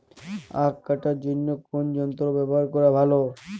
আঁখ কাটার জন্য কোন যন্ত্র ব্যাবহার করা ভালো?